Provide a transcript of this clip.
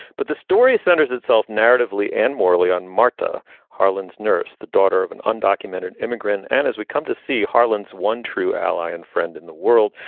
but the story centers itself narratively and morally on marta harlins, nurse, the daughter of an undocumented immigrant. and as we come to see harlins, one true ally and friend in the world,